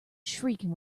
shrieking